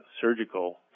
surgical